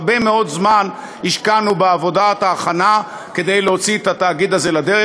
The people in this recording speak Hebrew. הרבה מאוד זמן השקענו בעבודת ההכנה כדי להוציא את התאגיד הזה לדרך.